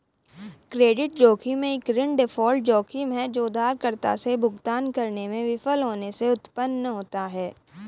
credit जोखिम एक ऋण डिफ़ॉल्ट जोखिम है जो उधारकर्ता से भुगतान करने में विफल होने से उत्पन्न होता है